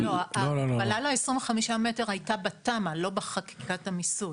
מ"ר הייתה בתמ"א, לא בחקיקת המיסוי.